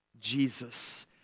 jesus